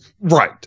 Right